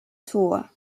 tour